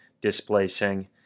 displacing